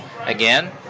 Again